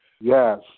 Yes